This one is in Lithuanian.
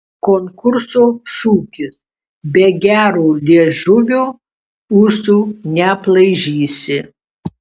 konkurso šūkis be gero liežuvio ūsų neaplaižysi